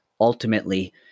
ultimately